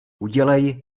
udělej